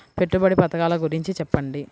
పెట్టుబడి పథకాల గురించి చెప్పండి?